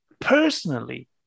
personally